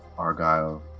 Argyle